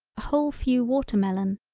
a whole few watermelon.